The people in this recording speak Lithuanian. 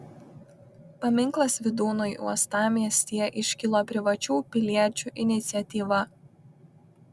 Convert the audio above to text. paminklas vydūnui uostamiestyje iškilo privačių piliečių iniciatyva